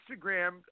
Instagram